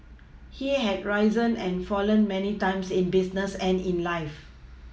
he had risen and fallen many times in business and in life